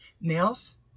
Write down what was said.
Nails